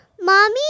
Mommy